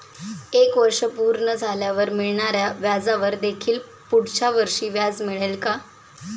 एक वर्ष पूर्ण झाल्यावर मिळणाऱ्या व्याजावर देखील पुढच्या वर्षी व्याज मिळेल का?